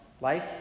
Life